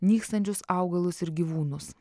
nykstančius augalus ir gyvūnus